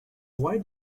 why